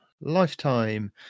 Lifetime